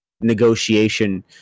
negotiation